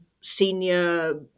senior